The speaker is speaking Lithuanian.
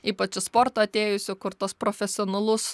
ypač į sportą atėjusių kur tuos profesionalus